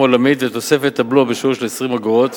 עולמית ותוספת הבלו בשיעור של 20 אגורות.